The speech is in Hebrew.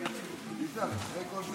בבקשה,